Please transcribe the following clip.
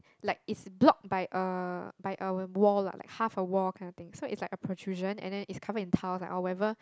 like is block by a by a wall lah like half a wall kind of thing so is like a protrusion and then it's covered in tiles lah or whatever